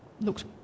looked